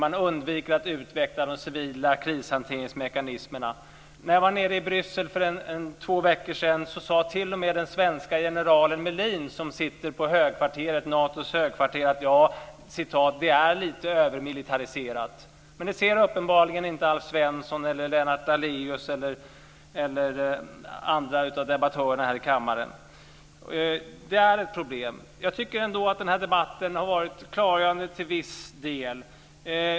Man undviker att utveckla de civila krishanteringsmekanismerna. När jag var i Bryssel för två veckor sedan sade t.o.m. den svenska generalen Melin som sitter på Natos högkvarter att det är lite övermilitariserat. Men det ser uppenbarligen inte Alf Svensson, Lennart Daléus eller andra debattörer här i kammaren. Det är ett problem. Jag tycker ändå att den här debatten har varit klargörande till viss del.